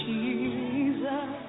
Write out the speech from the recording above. Jesus